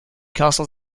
castles